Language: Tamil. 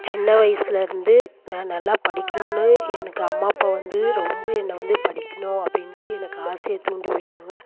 சின்ன வயசுலருந்து நான் நல்லா படிக்கணும்னு எனக்கு அம்மா அப்பா வந்து ரொம்ப என்ன வந்து படிக்கணும் அப்படின்ட்டு எனக்கு ஆசையை தூண்டி விட்டாங்க